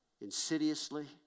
insidiously